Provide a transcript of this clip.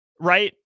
right